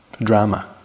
drama